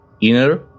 inner